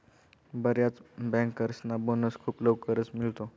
बर्याच बँकर्सना बोनस खूप लवकर मिळतो